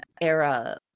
era